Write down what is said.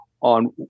on